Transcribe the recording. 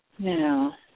Now